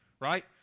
right